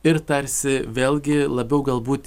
ir tarsi vėlgi labiau galbūt